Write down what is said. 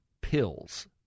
pills